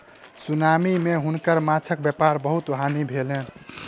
tsunami मे हुनकर माँछक व्यापारक बहुत हानि भेलैन